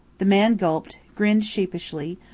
the man gulped, grinned sheepishly,